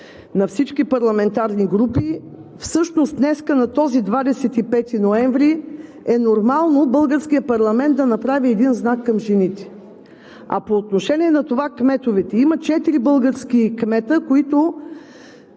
на всички парламентарни групи. Всъщност днес, на този 25 ноември, е нормално българският парламент да направи един знак към жените. А по отношение на кметовете. Има четирима български кметове, които